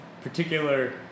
particular